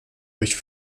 durch